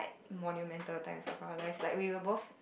monumental times of our life like we were both